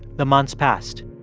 the months passed,